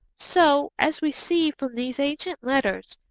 so, as we see from these ancient letters,